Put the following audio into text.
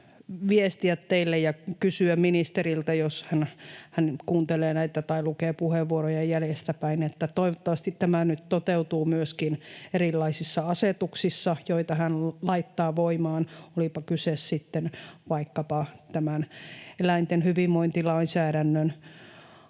viestiä teille ja kysyä ministeriltä, jos hän kuuntelee näitä tai lukee puheenvuoroja jäljestäpäin, että toivottavasti tämä nyt toteutuu myöskin erilaisissa asetuksissa, joita hän laittaa voimaan, olipa kyse sitten vaikkapa tämän eläinten hyvinvointilainsäädännön